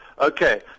Okay